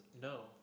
No